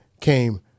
came